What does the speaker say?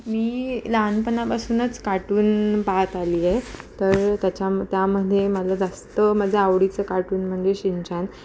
मी लहानपणापासूनच कार्टून पाहत आली आहे तर त्याच्या त्यामध्ये मला जास्त माझ्या आवडीचं कार्टून म्हणजे शिनचॅन